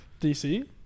DC